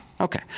Okay